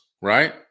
Right